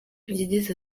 yagize